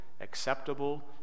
acceptable